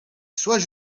soit